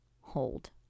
hold